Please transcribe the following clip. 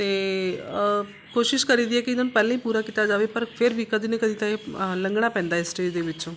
ਅਤੇ ਕੋਸ਼ਿਸ਼ ਕਰੀਦੀ ਹੈ ਕਿ ਇਹਨਾਂ ਨੂੰ ਪਹਿਲਾਂ ਹੀ ਪੂਰਾ ਕੀਤਾ ਜਾਵੇ ਪਰ ਫਿਰ ਵੀ ਕਦੀ ਨਾ ਕਦੀ ਤਾਂ ਇਹ ਲੰਘਣਾ ਪੈਂਦਾ ਇਸ ਚੀਜ਼ ਦੇ ਵਿੱਚੋਂ